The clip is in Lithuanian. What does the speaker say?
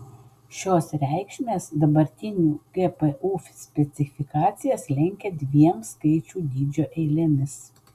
šios reikšmės dabartinių gpu specifikacijas lenkia dviem skaičių dydžio eilėmis